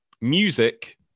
music